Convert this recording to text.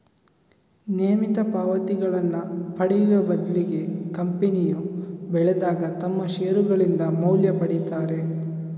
ನಿಯಮಿತ ಪಾವತಿಗಳನ್ನ ಪಡೆಯುವ ಬದ್ಲಿಗೆ ಕಂಪನಿಯು ಬೆಳೆದಾಗ ತಮ್ಮ ಷೇರುಗಳಿಂದ ಮೌಲ್ಯ ಪಡೀತಾರೆ